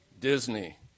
Disney